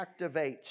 activates